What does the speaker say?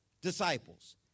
disciples